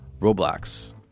Roblox